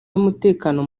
y’umutekano